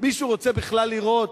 מישהו רוצה בכלל לירות?